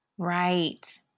Right